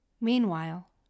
Meanwhile